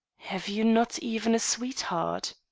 have you not even a sweetheart?